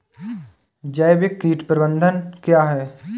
जैविक कीट प्रबंधन क्या है?